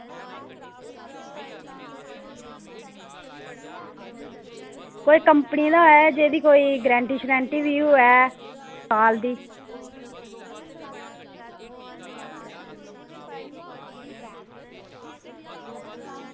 इक्क कंपनी दा होऐ जेह्दी कोई गारंटी बी होऐ साल दी